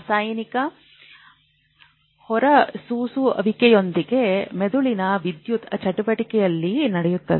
ರಾಸಾಯನಿಕ ಹೊರಸೂಸುವಿಕೆಯೊಂದಿಗೆ ಮೆದುಳಿನ ವಿದ್ಯುತ್ ಚಟುವಟಿಕೆಯಲ್ಲಿ ನಡೆಯುತ್ತದೆ